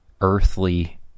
earthly